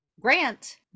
Grant